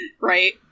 Right